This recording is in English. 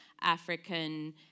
African